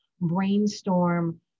Brainstorm